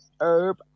Herb